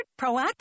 Proactive